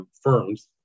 firms